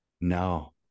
No